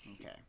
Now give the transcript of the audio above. Okay